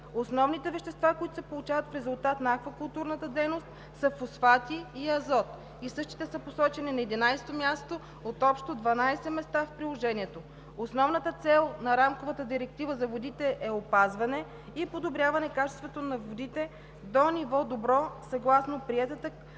Основните вещества, които се получават в резултат на аквакултурната дейност, са фосфати и азот. Същите са посочени на 11 място от общо 12 места в Приложението. Основната цел на Рамковата директива за водите е опазване и подобряване качеството на водите до ниво „добро“, съгласно приетата